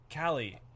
Callie